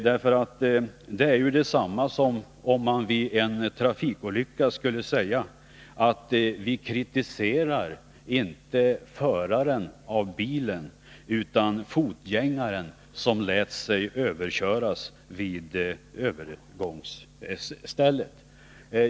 Det är detsamma som om man vid en trafikolycka skulle säga: Vi kritiserar inte föraren av bilen utan fotgängaren, som lät sig överköras vid övergångsstället.